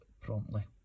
promptly